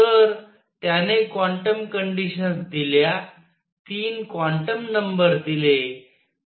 तर त्याने quantum conditions दिल्या 3 क्वांटम नंबर्स दिले